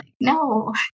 no